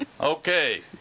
Okay